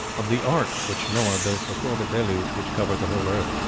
of the ark which noah built before the deluge which covered the whole earth.